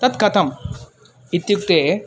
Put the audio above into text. तत् कथम् इत्युक्ते